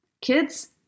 Kids